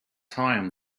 time